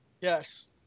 Yes